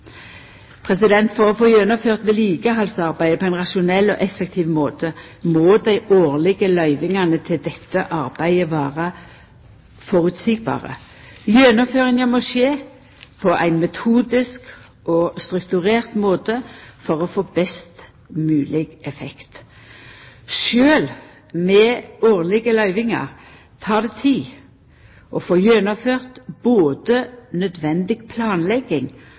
For å få gjennomført vedlikehaldsarbeidet på ein rasjonell og effektiv måte må dei årlege løyvingane til dette arbeidet vera føreseielege. Gjennomføringa må skje på ein metodisk og strukturert måte for å få best mogeleg effekt. Sjølv med årlege løyvingar tek det tid å få gjennomført både nødvendig planlegging